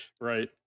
right